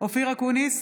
אופיר אקוניס,